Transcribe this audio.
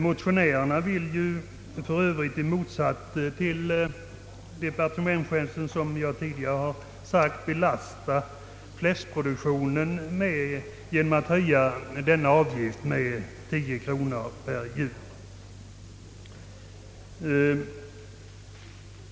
Motionärer na vill — för övrigt i motsats till departementschefen, som jag tidigare har sagt — belasta fläskproduktionen ge nom att höja denna avgift med 10 kronor per djur.